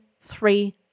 three